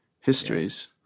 histories